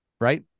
Right